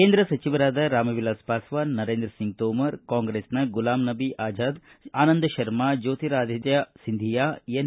ಕೇಂದ್ರ ಸಚಿವರಾದ ರಾಮವಿಲಾಸ ಪಾಸ್ವಾನ ನರೇಂದ್ರ ಸಿಂಗ್ ತೋಮರ ಕಾಂಗ್ರೆಸ್ನ ಗುಲಾಮ ನಬೀ ಆಜಾದ ಆನಂದ ಶರ್ಮಾ ಜ್ಯೋತಿರಾಧಿತ್ಯ ಸಿಂಧಿಯಾ ಎನ್